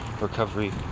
recovery